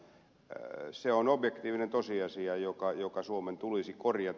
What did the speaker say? se on objektiivinen tosiasia joka suomen tulisi korjata